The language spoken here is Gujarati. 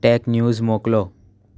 ટેક ન્યુઝ મોકલો